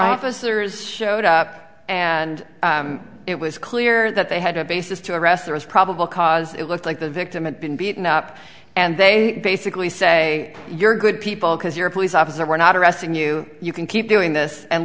officers showed up and it was clear that they had a basis to arrest that was probable cause it looked like the victim had been beaten up and they basically say you're good people because you're a police officer we're not arresting you you can keep doing this and